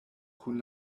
kun